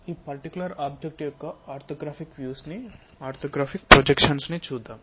ఈ particular object యొక్క orthographic projections ను చూద్దాం